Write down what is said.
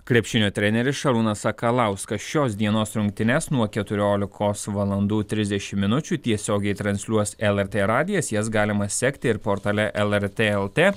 krepšinio treneris šarūnas sakalauskas šios dienos rungtynes nuo keturiolikos valandų trisdešim minučių tiesiogiai transliuos lrt radijas jas galima sekti ir portale lrt lt